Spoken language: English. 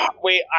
Wait